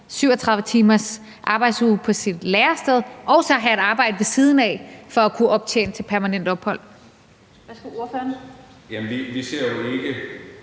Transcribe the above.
37 timers arbejdsuge på sit lærested og så have et arbejde ved siden af for at kunne optjene til permanent ophold? Kl. 15:24 Den fg. formand